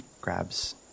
grabs